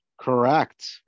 Correct